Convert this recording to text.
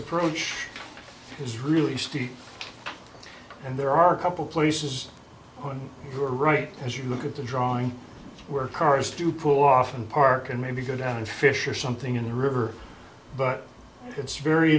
approach is really steep and there are a couple places where you are right as you look at the drawing where cars do pull off and park and maybe go down and fish or something in the river but it's very